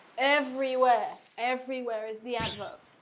everywhere everywhere is the adverb.